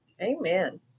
amen